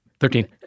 Thirteen